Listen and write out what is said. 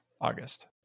August